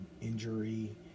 injury